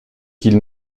qu’ils